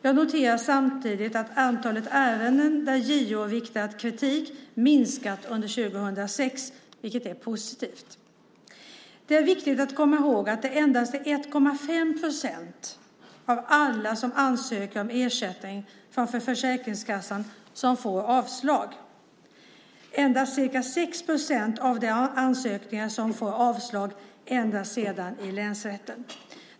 Jag noterar samtidigt att antalet ärenden där JO riktat kritik minskat under 2006, vilket är positivt. Det är viktigt att komma ihåg att det är endast 1,5 procent av alla som ansöker om ersättning från Försäkringskassan som får avslag. Endast ca 6 procent av de ansökningar som får avslag ändras sedan i länsrätten.